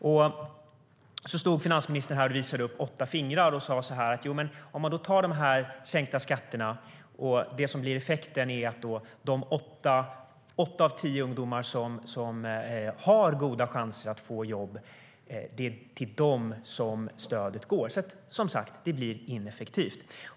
Finansministern stod här och visade upp åtta fingrar och sade att det som blir effekten av de sänkta skatterna är att stödet går till de åtta av tio ungdomar som har goda chanser att få jobb. Det blir, som sagt, ineffektivt.